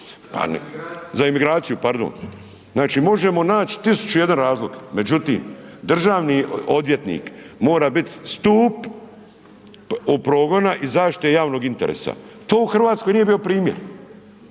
za emigraciju, pardon. Znači možemo nać 1001 razlog međutim državni odvjetnik mora bit stup progona i zaštite javnog interesa, to u Hrvatskoj nije bio primjer